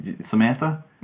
Samantha